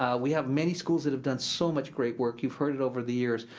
um we have many schools that have done so much great work, you've heard it over the years,